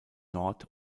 nord